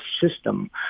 system